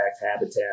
habitat